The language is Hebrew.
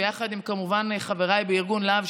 ויחד עם כמובן חבריי בארגון לה"ב,